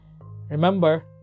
Remember